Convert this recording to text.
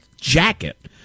jacket